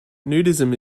nudism